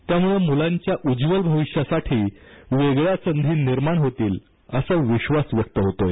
त्यामुळे या मुलांच्या उज्वल भविष्यासाठी वेगळ्या संधी निर्माण होतील असा विश्वास व्यक्त होतो आहे